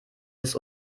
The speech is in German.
ist